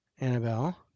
Annabelle